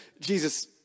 Jesus